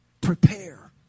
Prepare